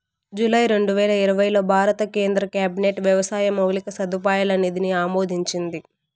July రెండువేల ఇరవైలో భారత కేంద్ర క్యాబినెట్ వ్యవసాయ మౌలిక సదుపాయాల నిధిని ఆమోదించింది